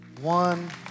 One